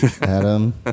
Adam